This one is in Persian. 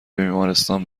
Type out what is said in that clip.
بیمارستان